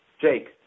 Jake